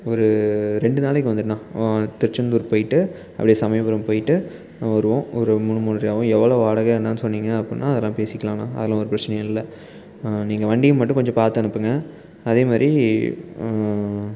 ஒரு ரெண்டு நாளைக்கு வந்துடுண்ணா திருச்செந்தூர் போயிட்டு அப்படி சமயபுரம் போயிட்டு வருவோம் ஒரு மூணு மூண்ரயாகும் எவ்வளோ வாடகை என்னானு சொன்னீங்க அப்புடின்னா அதல்லாம் பேசிக்கலாண்ணா அதெல்லாம் ஒரு பிரச்சனையும் இல்லை நீங்கள் வண்டியை மட்டும் கொஞ்சம் பார்த்து அனுப்புங்க அதே மாதிரி